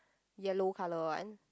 yellow colour one